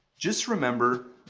just remember,